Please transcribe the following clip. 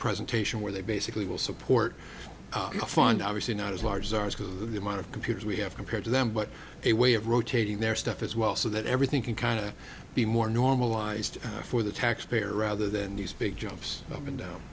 presentation where they basically will support a fund obviously not as large as ours the amount of computers we have compared to them but a way of rotating their stuff as well so that everything can kind of be more normalized for the taxpayer rather than these big jumps up